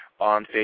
On